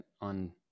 On